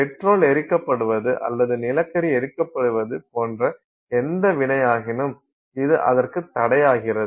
petrol எரிக்கப்படுவது அல்லது நிலக்கரி எரிக்கப்படுவது போன்ற எந்த வினையாகினும் இது அதற்கு தடையாகிறது